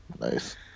Nice